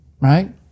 Right